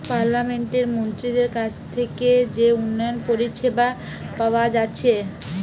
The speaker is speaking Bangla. পার্লামেন্টের মন্ত্রীদের কাছ থিকে যে উন্নয়ন পরিষেবা পাওয়া যাচ্ছে